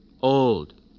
Old